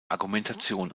argumentation